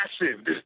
massive